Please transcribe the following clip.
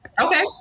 okay